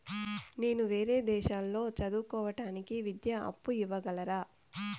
నేను వేరే దేశాల్లో చదువు కోవడానికి విద్యా అప్పు ఇవ్వగలరా?